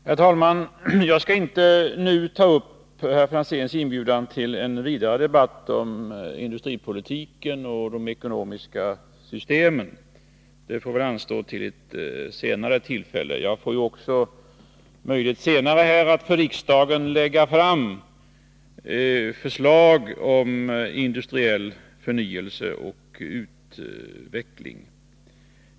Herr talman! Jag skall inte nu på herr Franzéns inbjudan ta upp en vidare debatt om industripolitiken och de ekonomiska systemen. Det får väl anstå till ett annat tillfälle. Jag får ju också senare möjlighet att här i riksdagen lägga fram förslag om industriell förnyelse och utveckling.